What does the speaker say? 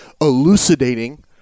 Elucidating